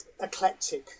eclectic